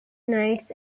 nights